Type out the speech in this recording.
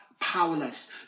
powerless